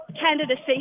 candidacy